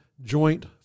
Joint